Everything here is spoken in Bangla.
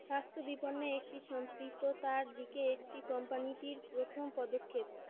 স্বাস্থ্য বিপণনে একটি সম্পৃক্ততার দিকে একটি কোম্পানিটির প্রথম পদক্ষেপ